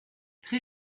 très